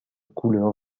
couleur